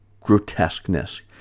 grotesqueness